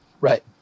Right